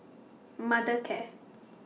Mothercare